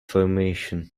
formation